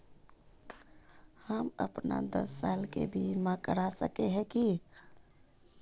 हम अपन दस साल के बीमा करा सके है की?